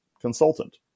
consultant